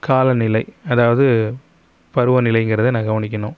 காலநிலை அதாவது பருவநிலையிங்கிறது நான் கவனிக்கணும்